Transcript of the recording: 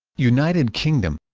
united kingdom